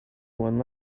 one